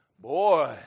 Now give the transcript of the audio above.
Boy